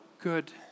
good